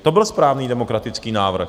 To byl správný demokratický návrh.